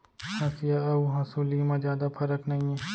हँसिया अउ हँसुली म जादा फरक नइये